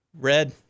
Red